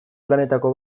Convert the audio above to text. planetako